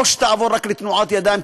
או שתעבור רק לתנועת ידיים,